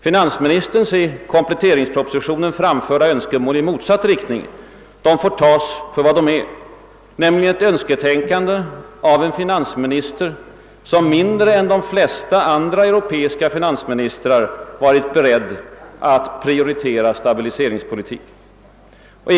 Finansministerns i kompletteringspropositionen framförda önskemål i motsatt riktning får tas för vad de är, nämligen ett önsketänkande av en finansminister, som mindre än de flesta andra europeiska finansministrar varit beredd att prioritera stabiliseringspolitiken.